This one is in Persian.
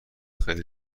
خیلی